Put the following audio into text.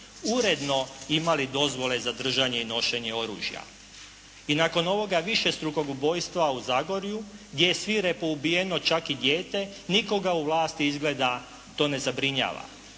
uredno imali dozvole za držanje i nošenje oružja. I nakon ovoga višestrukog ubojstva u Zagorju, gdje je svirepo ubijeno čak i dijete nikoga u vlasti izgleda to ne zabrinjava.